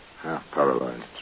half-paralyzed